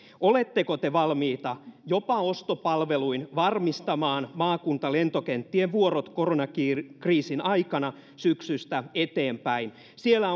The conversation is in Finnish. oletteko te valmiita jopa ostopalveluin varmistamaan maakuntalentokenttien vuorot koronakriisin aikana syksystä eteenpäin siellä